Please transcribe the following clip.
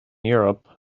europe